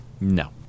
No